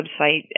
website